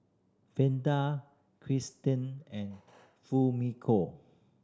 Freida Kirsten and Fumiko